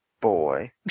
boy